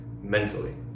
mentally